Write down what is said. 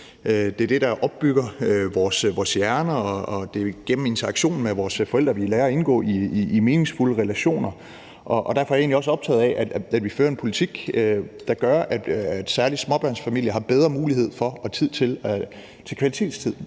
det er det, der opbygger vores hjerner, og det er igennem interaktionen med vores forældre, vi lærer at indgå i meningsfulde relationer. Derfor er jeg egentlig også optaget af, at vi fører en politik, der gør, at særlig småbørnsfamilier har bedre mulighed for kvalitetstid,